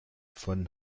von